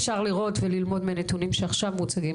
אפשר לראות וללמוד מהנתונים שמוצגים